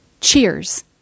Cheers